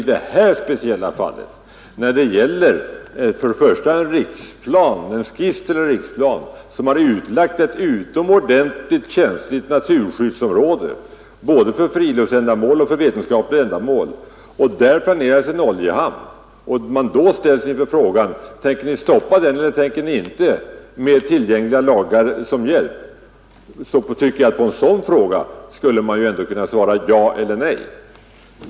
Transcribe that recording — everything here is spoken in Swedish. I det här speciella fallet gäller det emellertid en skiss till en riksplan som är utlagd på ett utomordentligt känsligt naturskyddsområde, avsett både för friluftsändamål och vetenskapliga ändamål. När det där planeras en oljehamn och man då frågar regeringen om den tänker stoppa den eller inte med stöd av tillgängliga lagar, så tycker jag att man skulle kunna få ett ja eller nej till svar.